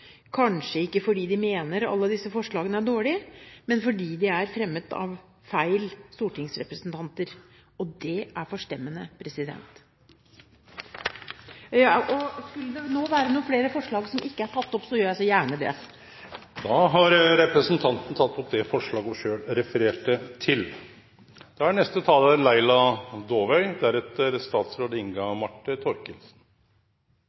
kanskje ikke fordi de mener alle disse forslagene er dårlige, men fordi de er fremmet av feil stortingsrepresentanter. Det er forstemmende. Skulle det nå være noen flere forslag som ikke er tatt opp, gjør jeg så gjerne det. Representanten Sylvi Graham har teke opp det forslaget ho refererte til.